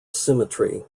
symmetry